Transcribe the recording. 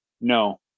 No